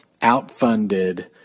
outfunded